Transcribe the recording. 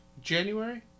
January